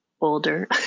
older